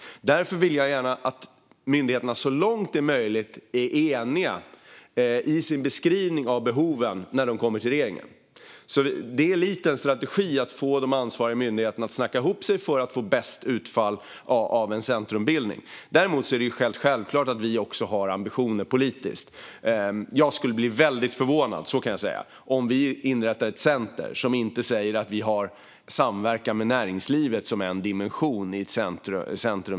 Därför vill jag gärna att myndigheterna så långt det är möjligt är eniga i sin beskrivning av behoven när de kommer till regeringen. En strategi är att få de ansvariga myndigheterna att snacka ihop sig för att få bäst utfall av en centrumbildning. Däremot är det helt självklart att vi har politiska ambitioner. Jag skulle bli mycket förvånad om vi inrättade ett center som inte säger att man ska ha samverkan med näringslivet som en dimension.